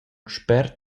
spert